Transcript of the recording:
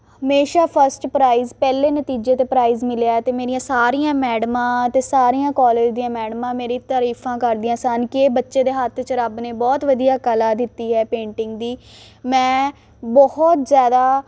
ਹਮੇਸ਼ਾ first prize ਪਹਿਲੇ ਨਤੀਜੇ 'ਤੇ ਪ੍ਰਾਈਜ਼ ਮਿਲਿਆ ਅਤੇ ਮੇਰੀਆਂ ਸਾਰੀਆਂ ਮੈਡਮਾਂ ਅਤੇ ਸਾਰੀਆਂ ਕਾਲਜ ਦੀਆਂ ਮੈਡਮਾਂ ਮੇਰੀ ਤਾਰੀਫਾਂ ਕਰਦੀਆਂ ਸਨ ਕਿ ਇਹ ਬੱਚੇ ਦੇ ਹੱਥ 'ਚ ਰੱਬ ਨੇ ਬਹੁਤ ਵਧੀਆ ਕਲਾ ਦਿੱਤੀ ਹੈ ਪੇਂਟਿੰਗ ਦੀ ਮੈਂ ਬਹੁਤ ਜ਼ਿਆਦਾ